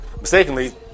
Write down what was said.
mistakenly